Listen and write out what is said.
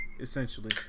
essentially